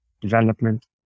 development